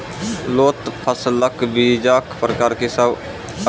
लोत फसलक बीजक प्रकार की सब अछि?